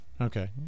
Okay